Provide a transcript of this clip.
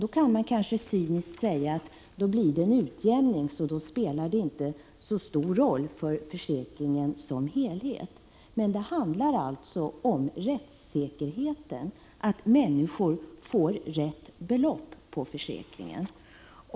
Då skulle man kanske cyniskt kunna säga att det blir en utjämning och att det inte spelar så stor roll för försäkringen som helhet. Men vad det handlar om är alltså rättssäkerheten — att människor får de rätta beloppen från försäkringen.